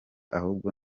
ahubwo